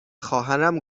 خواهرم